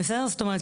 זאת אומרת,